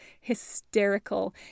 hysterical